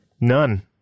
None